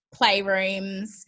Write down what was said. playrooms